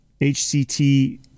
HCT